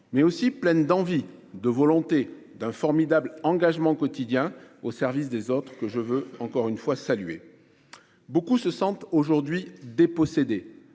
sont aussi pleines d'envie, de volonté, d'un formidable engagement quotidien au service des autres, que je veux saluer. Beaucoup se sentent aujourd'hui « dépossédés